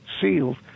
sealed